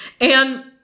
And-